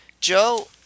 Joe